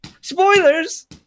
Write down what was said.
Spoilers